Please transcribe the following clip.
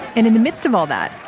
and in the midst of all that,